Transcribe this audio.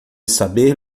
saber